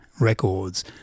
Records